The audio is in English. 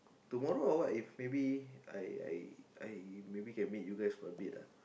tomorrow or what if maybe I I I maybe can meet you guys for a bit lah